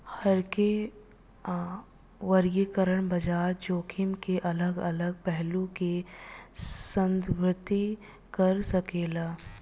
हरेक वर्गीकरण बाजार जोखिम के अलग अलग पहलू के संदर्भित कर सकेला